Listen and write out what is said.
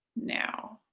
now.